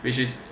which is